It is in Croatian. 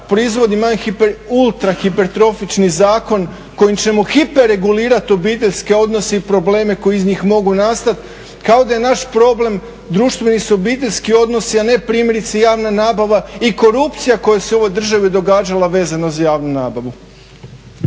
proizvodimo najhiper, ultra hipertrofični zakon kojim ćemo hiperregulirati obiteljske odnose i probleme koji iz njih mogu nastat, kao da je naš problem društveni i obiteljski odnosi, a ne primjerice javna nabava i korupcija koja se u ovoj državi događala vezano za javnu nabavu.